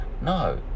no